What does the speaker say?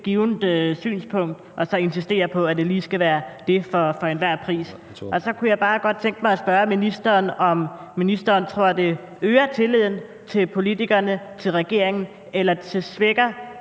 givent synspunkt og så insisterer på, at det lige skal være det for enhver pris. Så jeg kunne bare godt tænke mig at spørge ministeren, om ministeren tror, at det øger tilliden til politikerne og til regeringen eller det svækker